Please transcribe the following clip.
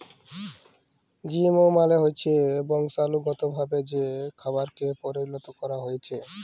GMO মালে হচ্যে বংশালুগতভাবে যে খাবারকে পরিলত ক্যরা হ্যয়েছে